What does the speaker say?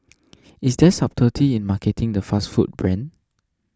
is there subtlety in marketing the fast food brand